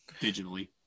digitally